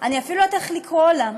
אני אפילו לא יודעת איך לקרוא לה,